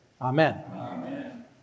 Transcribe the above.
Amen